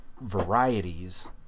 varieties